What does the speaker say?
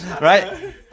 right